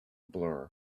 blur